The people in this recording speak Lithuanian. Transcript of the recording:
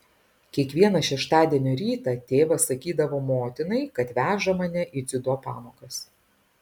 kiekvieną šeštadienio rytą tėvas sakydavo motinai kad veža mane į dziudo pamokas